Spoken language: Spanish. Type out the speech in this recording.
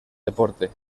deporte